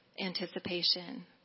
anticipation